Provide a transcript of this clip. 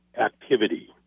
activity